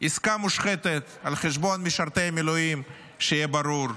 עסקה מושחתת על חשבון משרתי המילואים, שיהיה ברור,